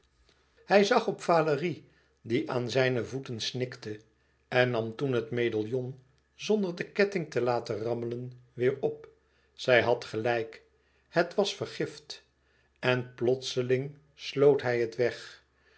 hij zag op valérie die aan zijne voeten snikte en nam toen het medaillon zonder de ketting te laten rammelen weêr op zij had gelijk het was vergift en plotseling sloot hij het weg